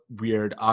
weird –